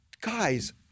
guys